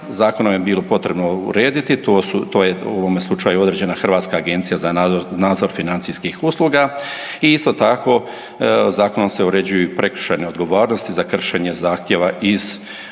zakonom je bilo potrebno urediti. To je u ovom slučaju određena Hrvatska agencija za nadzor financijskih usluga i isto tako zakonom se uređuju i prekršajne odgovornosti za kršenje zahtjeva iz uredbe